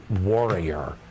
warrior